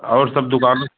और सब दुकानें